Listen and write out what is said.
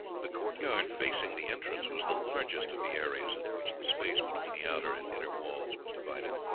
the court-yard facing the entrance was the largest of the areas into which the space between the outer and inner walls was divided,